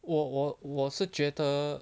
我我我是觉得